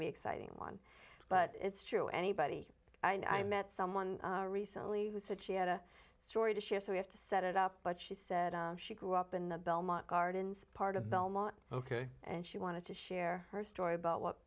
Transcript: to be exciting one but it's true anybody i met someone recently who said she had a story to share so we have to set it up but she said she grew up in the belmont gardens part of belmont ok and she wanted to share her story about what